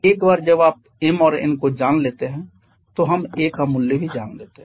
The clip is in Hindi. एक बार जब आप m और n को जान लेते हैं तो हम a का मूल्य भी जान लेते हैं